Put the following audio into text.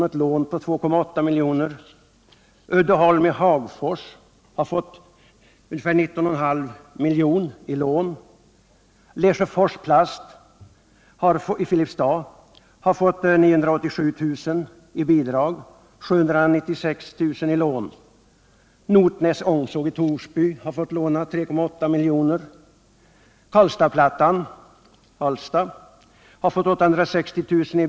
och ett lån på 2,8 milj.kr. Uddeholm i Hagfors har fått 19,5 milj.kr. i lån. Lesjöfors Plast i Filipstad har fått ett bidrag på 987 000 kr. och ett lån på 796 000 kr. Notnäs Ångsåg i Torsby har fått låna 3,8 milj.kr. AB Karlstadsplattan i Karlstad har fått 860 000 kr.